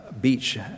beach